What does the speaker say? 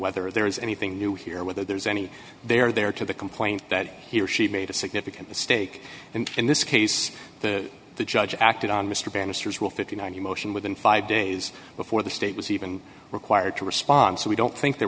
whether there is anything new here whether there's any there there to the complaint that he or she made a significant mistake and in this case the the judge acted on mr bannister's will fifty nine emotion within five days before the state was even required to respond so we don't think there